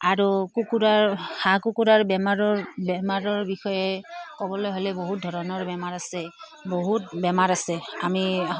আৰু কুকুৰাৰ হাঁহ কুকুৰাৰ বেমাৰৰ বেমাৰৰ বিষয়ে ক'বলৈ হ'লে বহুত ধৰণৰ বেমাৰ আছে বহুত বেমাৰ আছে আমি